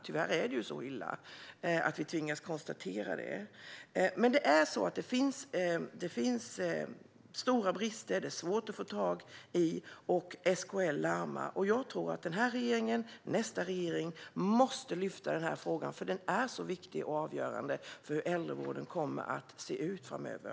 Tyvärr är det ju så illa att vi tvingas konstatera det. Men det är så att det finns stora brister. Det är svårt att få tag i personal, och SKL larmar. Jag tror att den här regeringen och nästa regering måste lyfta upp frågan, för den är så viktig och avgörande för hur äldrevården kommer att se ut framöver.